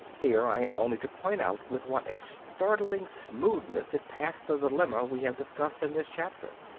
here i have only to point out with what a startling smoothness it passed the dilemma we have discussed in this chapter.